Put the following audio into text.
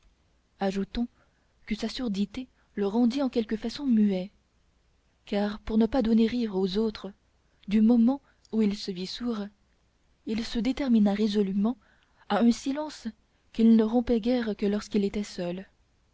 ajoutons que sa surdité le rendit en quelque façon muet car pour ne pas donner à rire aux autres du moment où il se vit sourd il se détermina résolument à un silence qu'il ne rompait guère que lorsqu'il était seul